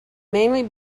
mainly